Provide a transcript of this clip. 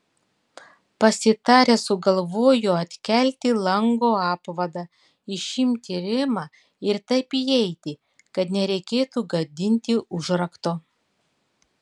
pasitarę sugalvojo atkelti lango apvadą išimti rėmą ir taip įeiti kad nereikėtų gadinti užrakto